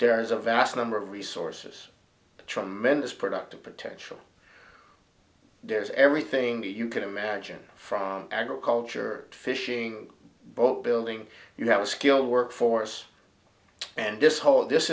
there is a vast number of resources tremendous productive potential there's everything you can imagine from agriculture fishing boat building you have a skilled workforce and this whole this